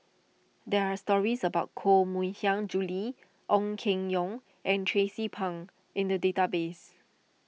there are stories about Koh Mui Hiang Julie Ong Keng Yong and Tracie Pang in the database